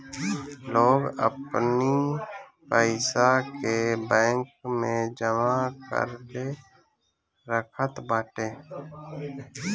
लोग अपनी पईसा के बैंक में जमा करके रखत बाटे